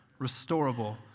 Restorable